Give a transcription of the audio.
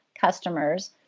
customers